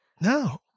No